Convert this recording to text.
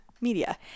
media